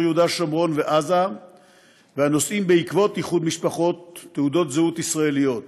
יהודה שומרון ועזה ונושאים בעקבות איחוד משפחות תעודות זהות ישראליות.